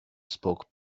spoke